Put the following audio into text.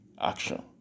action